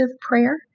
prayer